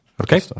okay